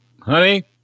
Honey